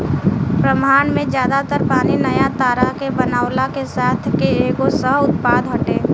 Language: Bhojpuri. ब्रह्माण्ड में ज्यादा तर पानी नया तारा के बनला के साथ के एगो सह उत्पाद हटे